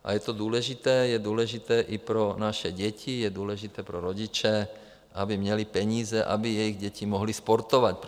A je to důležité, je důležité i pro naše děti, je důležité pro rodiče, aby měli peníze, aby jejich děti mohly sportovat.